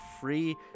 free